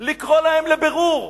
להעמיד אותם לבירור.